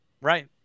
right